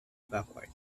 backward